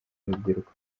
urubyiruko